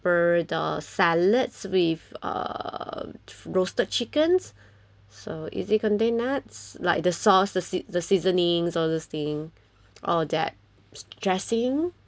bird or salads with uh roasted chickens so is it contain nuts like the sauce the sea~ the seasonings all these thing or that dressing